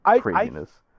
craziness